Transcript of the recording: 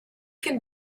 can